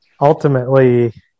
ultimately